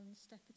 step